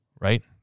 right